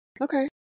Okay